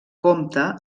compte